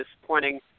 disappointing